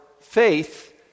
faith